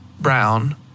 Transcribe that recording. brown